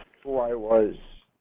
who i was.